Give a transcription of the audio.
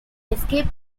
escape